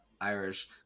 Irish